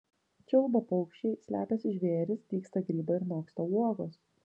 čia ulba paukščiai slepiasi žvėrys dygsta grybai ir noksta uogos